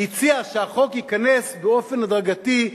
הציע שהחוק ייכנס באופן הדרגתי,